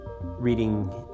reading